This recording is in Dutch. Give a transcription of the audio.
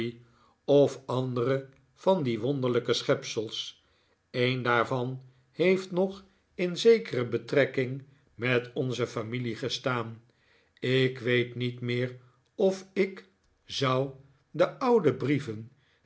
of andere van die wonderlijke schepsels een daarvan heeft nog in zekere betrekking met onze familie gestaan ik weet niet meer of ik zou de oude brieven